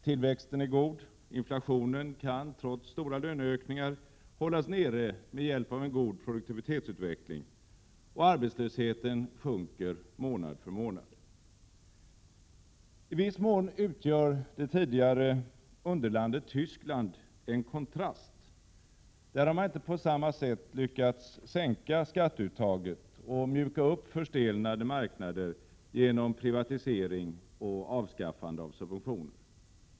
Tillväxten är god, inflationen kan trots stora löneökningar hållas nere med hjälp av en god produktivitetsutveckling, och arbetslösheten sjunker månad för månad. I viss mån utgör det tidigare underlandet Tyskland en kontrast. Där har man inte på samma sätt lyckats sänka skatteuttaget och mjuka upp förstelnade marknader genom privatisering och avskaffande av subventioner.